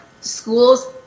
schools